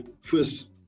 first